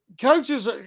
coaches